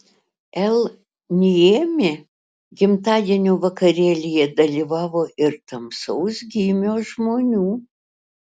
l niemi gimtadienio vakarėlyje dalyvavo ir tamsaus gymio žmonių